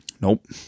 Nope